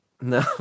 no